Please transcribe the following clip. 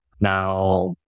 Now